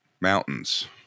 Mountains